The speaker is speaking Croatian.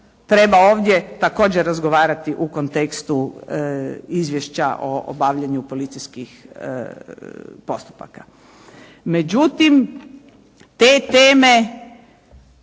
treba ovdje također razgovarati u kontekstu izvješća o obavljanju policijskih postupaka. Međutim, te teme